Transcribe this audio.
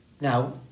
Now